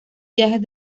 viajes